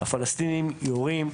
הפלסטינים יורים,